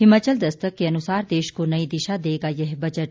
हिमाचल दस्तक के अनुसार देश को नई दिशा देगा यह बजट